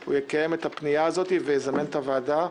הוא יקיים את הפנייה הזאת ויזמן את הוועדה,